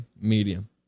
medium